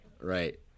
Right